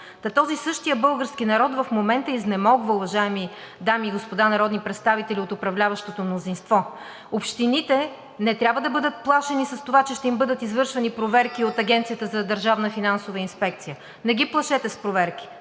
този български народ в момента изнемогва, уважаеми дами и господа народни представители от управляващото мнозинство. Общините не трябва да бъдат плашени с това, че ще им бъдат извършвани проверки от Агенцията за държавна финансова инспекция, не ги плашете с проверки.